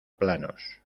planos